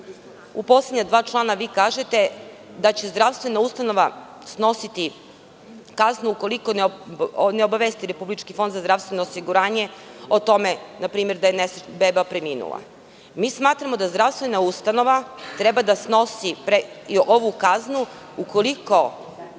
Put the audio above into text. u poslednja dva člana vi kažete, da će zdravstvena ustanova snositi kaznu ukoliko ne obavesti Republički fond za zdravstveno osiguranje, o tome npr. da je beba preminula. Smatramo da zdravstvena ustanova treba da ovu kaznu, ukoliko